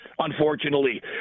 unfortunately